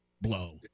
blow